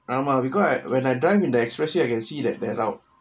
ஆமா:aamaa because I when I drive in the especially I can see the background